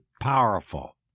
powerful